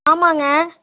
ஆமாங்க